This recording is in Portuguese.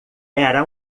era